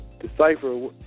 decipher